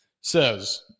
says